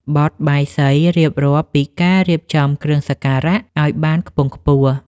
បទបាយសី រៀបរាប់ពីការរៀបចំគ្រឿងសក្ការៈឱ្យបានខ្ពង់ខ្ពស់។